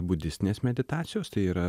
budistinės meditacijos tai yra